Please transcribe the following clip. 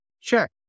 check